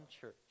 church